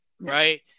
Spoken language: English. Right